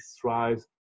thrives